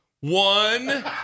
One